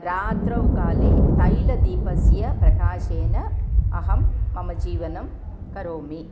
रात्रौ काले तैलदीपस्य प्रकाशेन अहं मम जीवनं करोमि